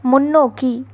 முன்னோக்கி